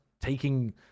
taking